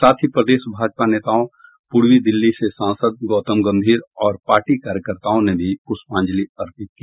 साथ ही प्रदेश भाजपा नेताओं पूर्वी दिल्ली से सांसद गौतम गंभीर और पार्टी कार्यकर्ताओं ने भी पुष्पांजलि अर्पित की